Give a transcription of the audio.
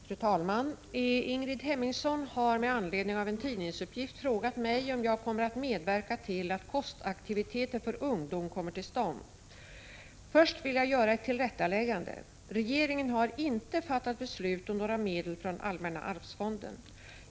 Fru talman! Ingrid Hemmingsson har med anledning av en tidningsuppgift frågat mig om jag kommer att medverka till att kostaktiviteter för ungdom kommer till stånd. Först vill jag göra ett tillrättaläggande. Regeringen har inte fattat beslut om några medel från allmänna arvsfonden.